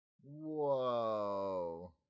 Whoa